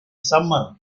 summer